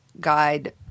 guide